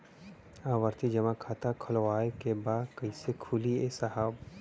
आवर्ती जमा खाता खोलवावे के बा कईसे खुली ए साहब?